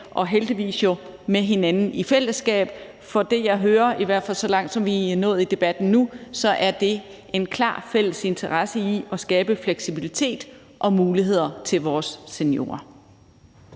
og heldigvis med hinanden i fællesskab. For det, jeg hører, i hvert fald så langt som vi er nået i debatten nu, er, at der er en klar fælles interesse i at skabe fleksibilitet og muligheder for vores seniorer.